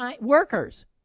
workers